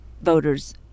voters